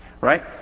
right